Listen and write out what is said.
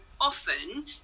often